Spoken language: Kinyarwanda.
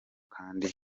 kandi